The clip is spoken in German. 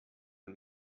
ein